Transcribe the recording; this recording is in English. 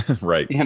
right